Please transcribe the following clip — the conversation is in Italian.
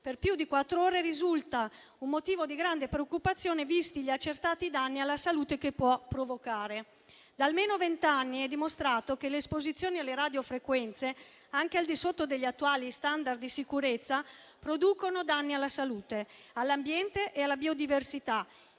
per più di quattro ore, risulta un motivo di grande preoccupazione, visti gli accertati danni alla salute che può provocare. Da almeno vent'anni è dimostrato che l'esposizione alle radiofrequenze, anche al di sotto degli attuali *standard* di sicurezza, produce danni alla salute, all'ambiente e alla biodiversità